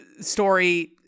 story